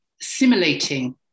simulating